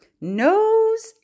Nose